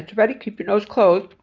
ready, keep your nose closed,